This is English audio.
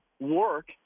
work